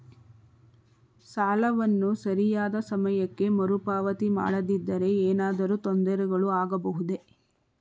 ಸಾಲವನ್ನು ಸರಿಯಾದ ಸಮಯಕ್ಕೆ ಮರುಪಾವತಿ ಮಾಡದಿದ್ದರೆ ಏನಾದರೂ ತೊಂದರೆಗಳು ಆಗಬಹುದೇ?